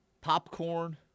popcorn